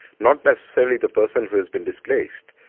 not necessarily the person who has been displaced,